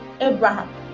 abraham